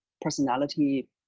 personality